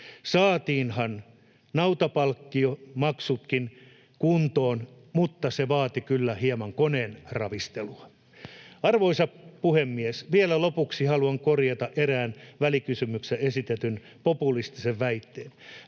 Saatiinhan nautapalkkiomaksutkin kuntoon, mutta se vaati kyllä hieman koneen ravistelua. Arvoisa puhemies! Vielä lopuksi haluan korjata erään välikysymyksessä esitetyn populistisen väitteen.